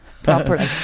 properly